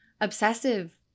obsessive